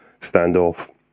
standoff